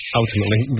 ultimately